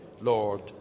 Lord